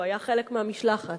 הוא היה חלק מהמשלחת.